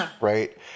right